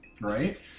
Right